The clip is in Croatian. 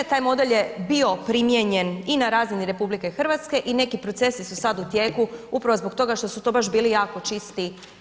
Taj model je bio primijenjen i na razini RH i neki procesi su sad u tijeku upravo zbog toga što su to baš bili jako čisti poslovi.